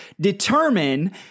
determine